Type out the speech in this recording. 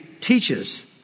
teaches